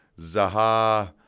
Zaha